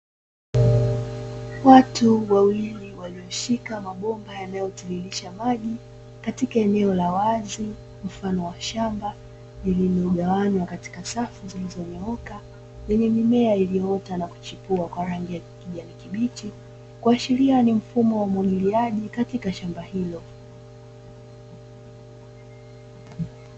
Watu wawili walioshika mabomba yanayotiririsha maji katika eneo la wazi mfano wa shamba lililogawanywa katika safu zilizonyooka, lenye mimea iliyoota na kuchipua kwa rangi ya kijani kibichi, kuashiria ni mfumo wa umwagiliaji katika shamba hilo.